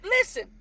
Listen